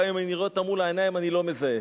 גם אם אני אראה אותם מול העיניים אני לא מזהה.